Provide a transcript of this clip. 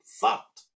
fucked